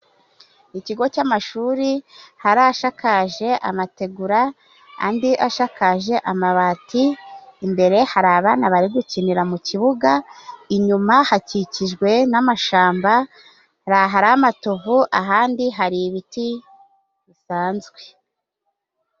Ikigo cy'amashuri hari ashakaje amategura, andi ashakakaje amabati, imbere hari abana bari gukinira mu kibuga, inyuma hakikijwe n'amashyamba, hari ahari amatovu, ahandi hari ibiti bisanzwe.